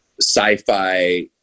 sci-fi